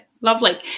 lovely